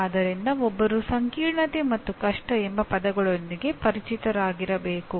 ಆದ್ದರಿಂದ ಒಬ್ಬರು ಸಂಕೀರ್ಣತೆ ಮತ್ತು ಕಷ್ಟ ಎಂಬ ಪದಗಳೊಂದಿಗೆ ಪರಿಚಿತರಾಗಿರಬೇಕು